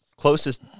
Closest